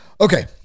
Okay